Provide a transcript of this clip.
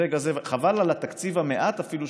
חבל על מעט התקציב שמתבזבז.